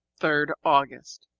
third august